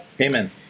Amen